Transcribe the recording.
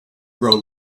grow